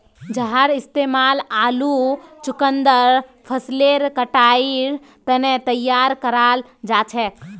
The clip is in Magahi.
जहार इस्तेमाल आलू चुकंदर फसलेर कटाईर तने तैयार कराल जाछेक